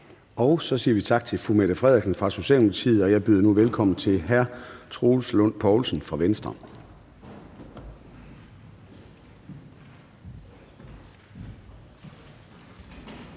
Så siger vi tak til fru Mette Frederiksen fra Socialdemokratiet, og jeg byder nu velkommen til hr. Troels Lund Poulsen fra Venstre.